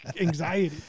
Anxiety